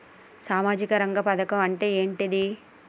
సామాజిక రంగ పథకం అంటే ఏంటిది?